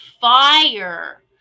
fire